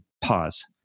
Pause